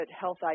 health